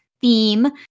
theme